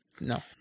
No